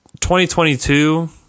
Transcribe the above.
2022